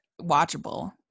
watchable